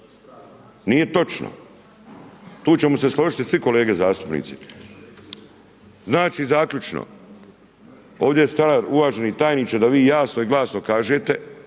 nije točno. Tu ćemo se složiti svi kolege zastupnici. Znači zaključno. Ovdje je stvar uvaženi tajniče da vi jasno i glasno kažete